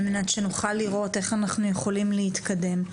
על מנת שנוכל לראות איך אנחנו יכולים להתקדם.